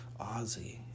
Ozzy